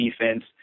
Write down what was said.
defense